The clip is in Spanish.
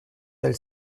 del